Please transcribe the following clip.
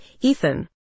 Ethan